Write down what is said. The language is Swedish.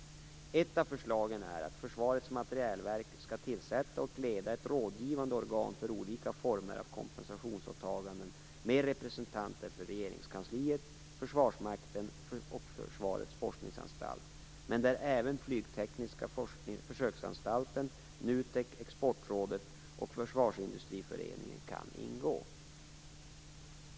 Ett av förslagen är att Försvarets materielverk skall tillsätta och leda ett rådgivande organ för olika former av kompensationsåtaganden med representanter för Regeringskansliet, Försvarsmakten och Försvarets forskningsanstalt, men där även Flygtekniska försöksanstalten, NUTEK, Exportrådet och Försvarsindustriföreningen kan ingå.